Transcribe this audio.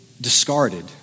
discarded